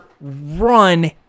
run